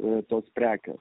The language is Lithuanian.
o tos prekės